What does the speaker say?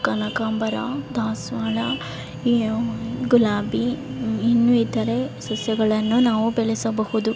ಕನಕಾಂಬರ ದಾಸವಾಳ ಯೆ ಗುಲಾಬಿ ಇನ್ನೂ ಇತರೆ ಸಸ್ಯಗಳನ್ನು ನಾವು ಬೆಳೆಸಬಹುದು